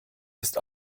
ist